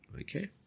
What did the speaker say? Okay